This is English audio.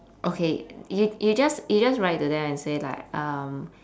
okay you you just you just write to them and say like um